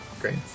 Great